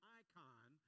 icon